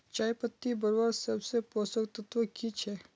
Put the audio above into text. चयपत्ति बढ़वार सबसे पोषक तत्व की छे?